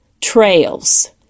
trails